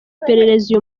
iperereza